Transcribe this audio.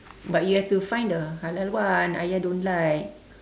but you have to find the halal one ayah don't like